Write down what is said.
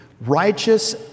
Righteous